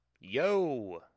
Yo